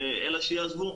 שאם לא יעזבו,